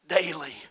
daily